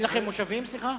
אין לכם מושבים, סליחה?